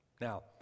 Now